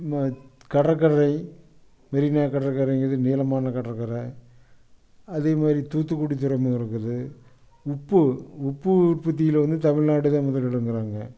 கடற்கரை மெரினா கடற்கரைங்கிறது நீளமான கடற்கரை அதேமாதிரி தூத்துக்குடி துறைமுகம் இருக்குது உப்பு உப்பு உற்பத்தியில் வந்து தமிழ்நாடுதான் முதலிடங்குறாங்க